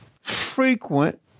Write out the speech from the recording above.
Frequent